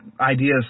ideas